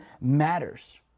matters